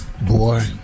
Boy